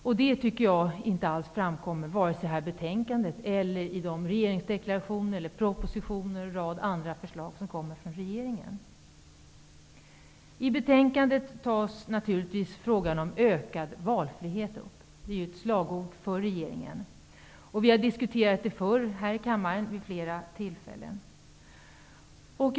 Något besked framkommer inte alls, vare sig i detta betänkande eller i de regeringsdeklarationer, propositioner eller andra förslag som kommer från regeringen. I betänkandet tas naturligtvis frågan om ökad valfrihet upp. Det är ju ett slagord för regeringen. Vi har vid flera tillfällen tidigare diskuterat det här i kammaren.